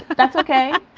but that's ok.